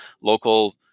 local